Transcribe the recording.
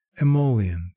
emollient